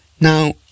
Now